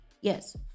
Yes